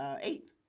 eight